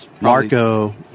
Marco